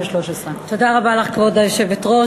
התשע"ג 2013. כבוד היושב-ראש,